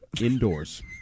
Indoors